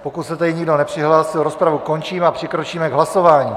Pokud se tedy nikdo nepřihlásil, rozpravu končím a přikročíme k hlasování.